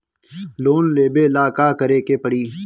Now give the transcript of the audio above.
Loan लेबे ला का करे के पड़ी?